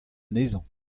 anezhañ